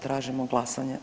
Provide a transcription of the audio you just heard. Tražimo glasanje.